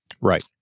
Right